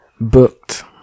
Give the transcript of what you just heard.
Booked